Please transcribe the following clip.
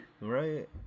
Right